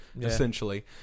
essentially